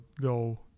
go